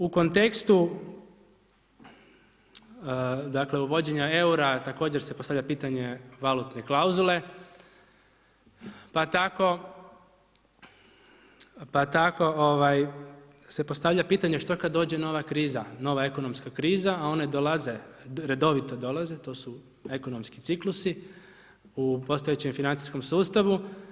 U kontekstu, dakle, uvođenja eura također se postavlja pitanje valutne klauzule, pa tako se postavlja pitanje, što kad dođe nova kriza, nova ekonomska kriza, a one dolaze, redovito dolaze, to su ekonomski ciklusi u postojećem financijskom sustavu.